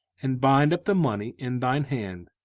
and bind up the money in thine hand,